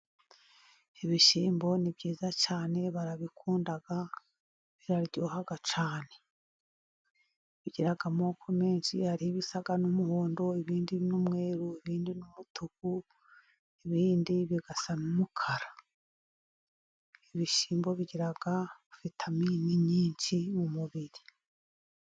Ibishyimbo ni byiza cyane barabikunda, biraryohaha cyane. Bigira amoko menshi, hari ibisa n'umuhondo, ibindi n'umweru, ibindi n'umutuku, ibindi bigasa n'umukara. Ibishyimbo bigira vitamini nyinshi mu mubiri.